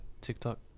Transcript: TikTok